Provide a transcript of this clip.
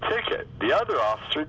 ticket the other officer